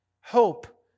hope